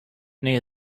near